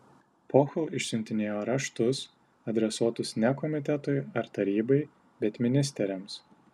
pohl išsiuntinėjo raštus adresuotus ne komitetui ar tarybai bet ministeriams